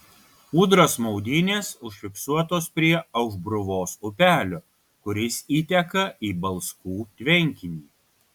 ūdros maudynės užfiksuotos prie aušbruvos upelio kuris įteka į balskų tvenkinį